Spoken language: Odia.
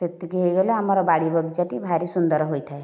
ସେତିକି ହୋଇଗଲେ ଆମ ବାଡ଼ି ବଗିଚା ଟି ଭାରି ସୁନ୍ଦର ହୋଇଥାଏ